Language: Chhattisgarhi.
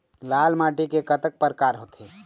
लाल माटी के कतक परकार होथे?